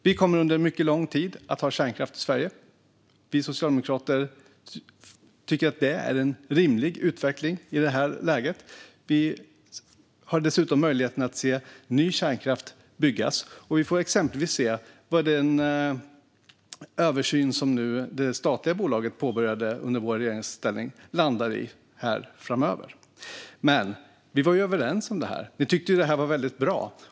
Vi kommer under mycket lång tid att ha kärnkraft i Sverige. Vi socialdemokrater tycker att det är en rimlig utveckling i det här läget. Vi har dessutom möjligheten att se ny kärnkraft byggas. Vi får exempelvis se vad den översyn som det statliga bolaget påbörjade under vår tid i regeringsställning landar i framöver. Men vi var ju överens om det här. Ni tyckte att det här var väldigt bra.